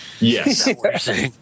yes